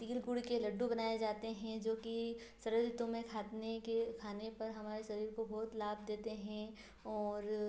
तिल गुड़ के लड्डू बनाए जाते हैं जो कि शरद ऋतु में के खाने पर हमारे शरीर को बहुत लाभ देते हैं और